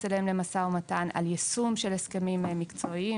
עליהם למשא ומתן ועל יישום של הסכמים מקצועיים.